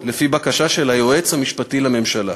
לפי בקשה של היועץ המשפטי לממשלה.